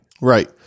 Right